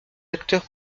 acteurs